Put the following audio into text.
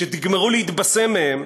כשתגמרו להתבשם מהם,